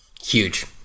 Huge